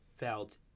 felt